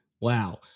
Wow